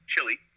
chili